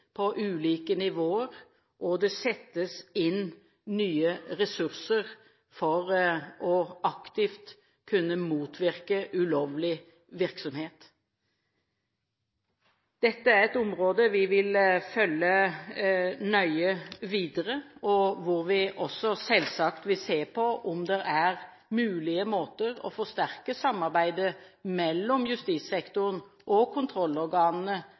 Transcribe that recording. på ulike nivåer, og det settes inn nye ressurser for aktivt å kunne motvirke ulovlig virksomhet. Dette er et område vi vil følge nøye videre, og hvor vi også selvsagt vil se på om det er mulige måter å forsterke samarbeidet mellom justissektoren og kontrollorganene